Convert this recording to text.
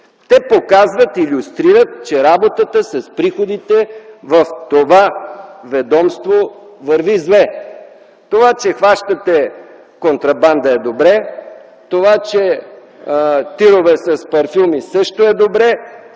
Те илюстрират, че работата с приходите в агенцията върви зле. Това, че хващате контрабанда, е добре. Това, че има тирове с парфюми, също е добре.